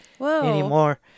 anymore